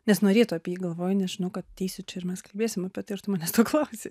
nes nuo ryto apie jį galvoju nes žinau kad ateisiu čia mes kalbėsim apie tai ir tu manęs to klausi